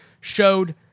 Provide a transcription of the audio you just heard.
showed